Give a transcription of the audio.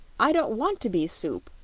i don't want to be soup!